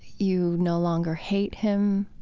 you no longer hate him?